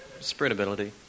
Spreadability